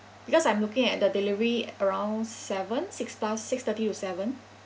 because I'm looking at the delivery around seven six plus six thirty to seven